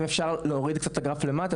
אם אפשר להוריד קצת את הגרף למטה,